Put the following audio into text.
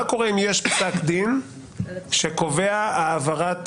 מה קורה אם פסק דין שקובע העברת